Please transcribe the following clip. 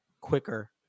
quicker